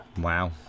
Wow